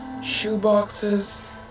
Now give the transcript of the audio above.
shoeboxes